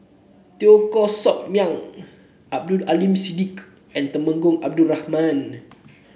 Teo Koh Sock Miang Abdul Aleem Siddique and Temenggong Abdul Rahman